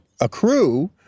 accrue